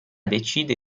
decide